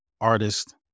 artist